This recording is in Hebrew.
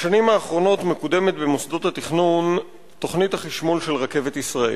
בשנים האחרונות מקודמת במוסדות התכנון תוכנית החשמול של רכבת ישראל.